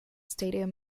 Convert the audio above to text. stadium